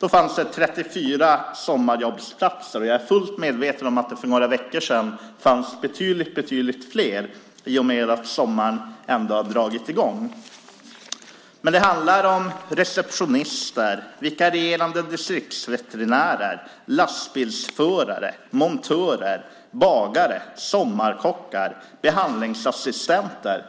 Det fanns 34 sommarjobbsplatser. Jag är fullt medveten om att det för några veckor sedan fanns betydligt fler och att sommaren ändå har dragit igång. Det handlar om receptionister, vikarierande distriktsveterinärer, lastbilsförare, montörer, bagare, sommarkockar och behandlingsassistenter.